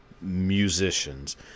musicians